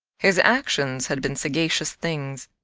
his actions had been sagacious things.